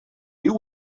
you